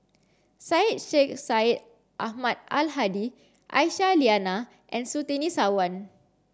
Syed Sheikh Syed Ahmad Al Hadi Aisyah Lyana and Surtini Sarwan